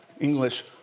English